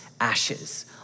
ashes